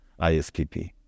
ISPP